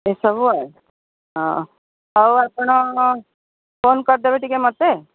ଏସବୁ ଆଉ ହଁ ହଉ ଆପଣ ଫୋନ୍ କରିଦେବେ ଟିକେ ମୋତେ